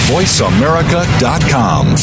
VoiceAmerica.com